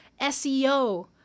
SEO